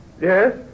Yes